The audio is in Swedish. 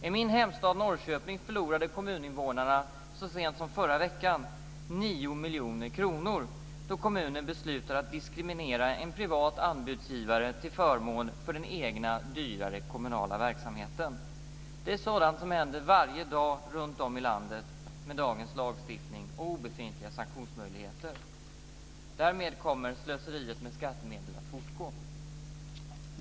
I min hemstad Norrköping förlorade kommuninvånarna så sent som i förra veckan 9 miljoner kronor då kommunen beslutade att diskriminera en privat anbudsgivare till förmån för den egna, dyrare, kommunala verksamheten. Det är sådant som händer varje dag runtom i landet med dagens lagstiftning och obefintliga sanktionsmöjligheter. Därmed kommer slöseriet med skattemedel att fortgå.